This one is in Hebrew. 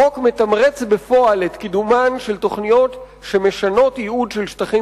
החוק מתמרץ בפועל את קידומן של תוכניות שמשנות ייעוד של שטחים